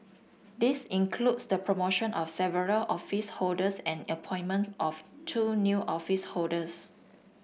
this includes the promotion of several office holders and the appointment of two new office holders